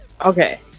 Okay